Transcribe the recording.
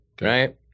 Right